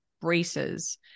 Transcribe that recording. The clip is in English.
braces